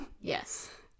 yes